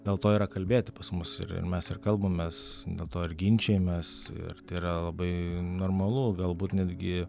dėl to yra kalbėti pas mus ir mes ir kalbamės dėl to ir ginčijamės ir tai yra labai normalu galbūt netgi